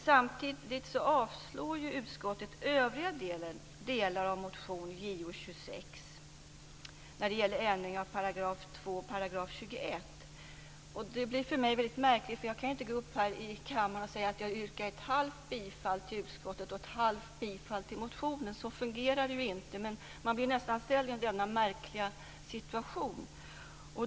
Samtidigt avstyrker utskottet motion Jo26 i övrigt när det gäller ändring av §§ 2 och 21. Det gör att det blir väldigt märkligt för min del. Jag kan ju inte så att säga yrka ett halvt bifall till utskottets hemställan och ett halvt bifall till motionen. Så fungerar det ju inte men man hamnar nästan i den märkliga situationen.